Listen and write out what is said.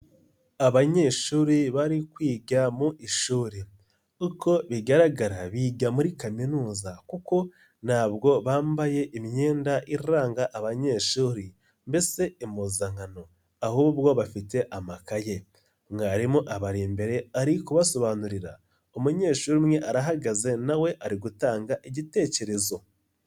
Abanyeshuri bari kwiga mu ishuri, uko bigaragara biga muri kaminuza kuko ntabwo bambaye imyenda iranga abanyeshuri mbese impuzankano, ahubwo bafite amakaye. Mwarimu abari imbere ari kubasobanurira, umunyeshuri umwe arahagaze nawe ari gutanga igitekerezo.